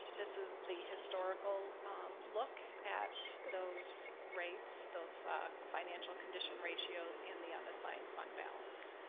this is the historical look at those rates, those financial condition ratios and the unassigned fund balance.